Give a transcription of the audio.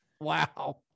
wow